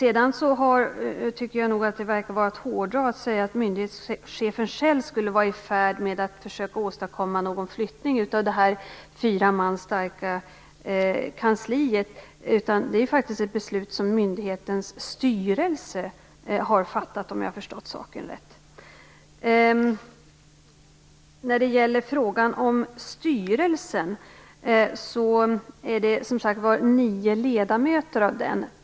Jag tycker nog att det verkar vara att hårdra att säga att myndighetschefen själv skulle vara i färd med att försöka åstadkomma någon flyttning av det fyra man starka kansliet. Det är faktiskt ett beslut som myndighetens styrelse har fattat, om jag har förstått saken rätt. Det är som sagt var nio ledamöter i styrelsen.